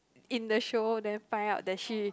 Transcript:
in the show then find out that she